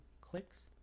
Clicks